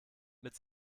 mit